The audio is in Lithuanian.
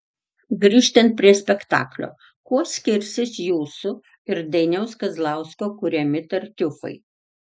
grįžtant prie spektaklio kuo skirsis jūsų ir dainiaus kazlausko kuriami tartiufai